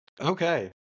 Okay